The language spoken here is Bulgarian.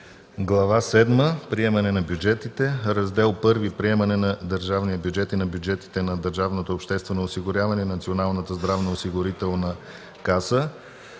седма – Приемане на бюджетите”, „Раздел І – Приемане на държавния бюджет и на бюджетите на държавното обществено осигуряване и на Националната здравноосигурителна каса”